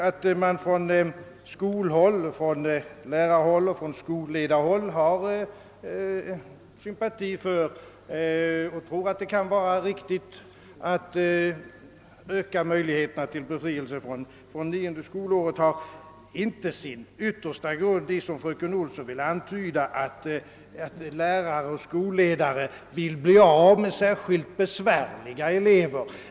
Att lärare och skolledare tror, att det kan vara riktigt att öka möjligheterna till befrielse från nionde skolåret har inte, som fröken Olsson ville antyda, sin yttersta grund i att lärare och skolledare vill bli av med särskilt besvärliga elever.